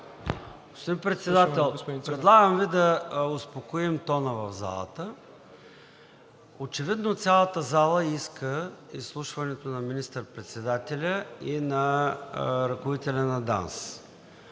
Господин Председател, предлагам Ви да успокоим тона в залата. Очевидно цялата зала иска изслушването на министър-председателя и на ръководителя на ДАНС.